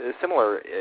similar